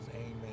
Amen